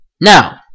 Now